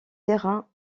terrain